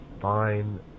fine